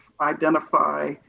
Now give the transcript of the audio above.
identify